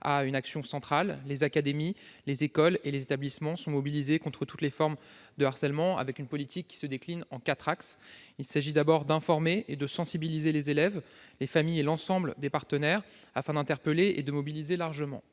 a une action centrale ; les académies, les écoles et les établissements sont mobilisés contre toutes les formes de harcèlement. Cette politique se décline selon quatre axes. Premièrement, il s'agit d'informer et de sensibiliser les élèves, les familles et l'ensemble des partenaires, afin d'interpeller et de mobiliser largement.